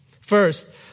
First